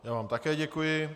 Já vám také děkuji.